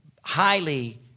highly